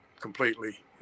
completely